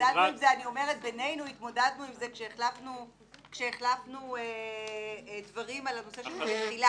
התמודדנו עם זה בינינו כשהחלפנו דברים על נושא התחילה.